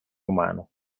umano